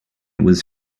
was